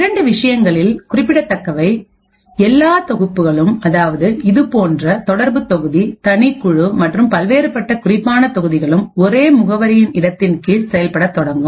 இரண்டு விஷயங்களில் குறிப்பிடத்தக்கவைஎல்லா தொகுப்புகளும் அதாவது இதுபோன்ற தொடர்புத்தொகுதி தனி குழு மற்றும் பல்வேறுபட்ட குறிப்பான தொகுதிகளும் ஒரே முகவரியில் இடத்தில் கீழ் செயல்படத் தொடங்கும்